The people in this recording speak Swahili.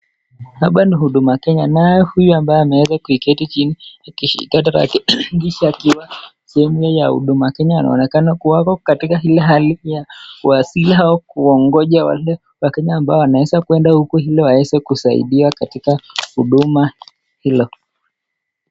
Hapa ni huduma Kenya nayo huyu ambaye ameweza kuketi chini akishaka darakilishi akiwa sehemu ya huduma kenya anaonekana katika hii hali ya kuwasihi au kuongeja wale wakenya ambao wanaweza kuenda huku hili waweze kusaidia katika huduma hilo.